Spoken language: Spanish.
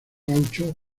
gaucho